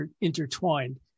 intertwined